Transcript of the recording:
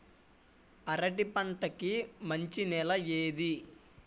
అరటి పంట కి మంచి నెల ఏది?